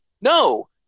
No